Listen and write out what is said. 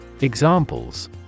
Examples